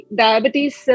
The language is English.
diabetes